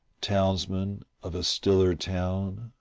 townsman of a stiller town.